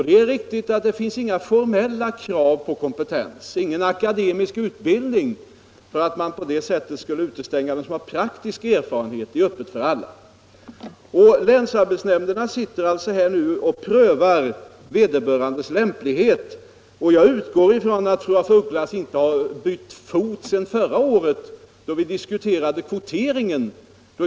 Det är riktigt att det inte finns några formella krav på kompetens — ingen akademisk utbildning — för att man på det sättet skulle utestänga dem som har praktisk erfarenhet. Möjligheten att söka är öppen för alla. Länsarbetsnämnderna prövar alltså vederbörandes lämplighet, och jag utgår från att fru af Ugglas inte har bytt fot sedan förra året när vi diskuterade kvotering.